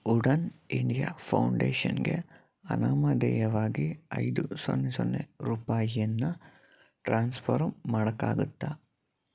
Udan India ಫೌಂಡೇಷನ್ಗೆ ಅನಾಮಧೇಯವಾಗಿ ಐದು ಸೊನ್ನೆ ಸೊನ್ನೆ ರೂಪಾಯಿಯನ್ನ ಟ್ರಾನ್ಸ್ಫರ್ ಮಾಡೋಕ್ಕಾಗುತ್ತಾ